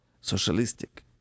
socialistic